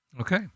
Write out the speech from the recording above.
Okay